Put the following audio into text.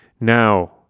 Now